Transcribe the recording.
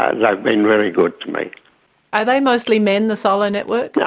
ah like been really good to me. are they mostly men, the solo network? yeah